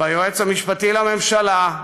ביועץ המשפטי לממשלה,